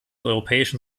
europäischen